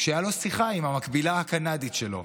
כשהייתה לו שיחה עם המקבילה הקנדית שלו.